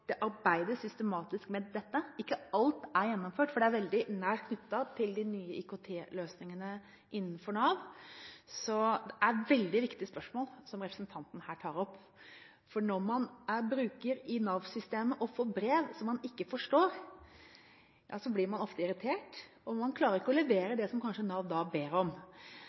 det arbeides systematisk med dette. Ikke alt er gjennomført, for det er veldig nært knyttet til de nye IKT-løsningene innenfor Nav. Det er veldig viktige spørsmål som representanten tar opp her. Når man er bruker i Nav-systemet og får brev som man ikke forstår, blir man ofte irritert, og man klarer kanskje ikke å levere det som Nav ber om.